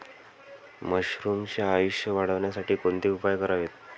मशरुमचे आयुष्य वाढवण्यासाठी कोणते उपाय करावेत?